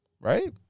right